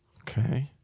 Okay